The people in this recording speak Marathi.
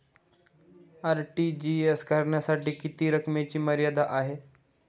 आर.टी.जी.एस करण्यासाठी किती रकमेची मर्यादा आहे?